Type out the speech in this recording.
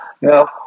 Now